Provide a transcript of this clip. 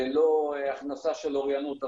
ללא הכנסה של אוריינות, הסדרה,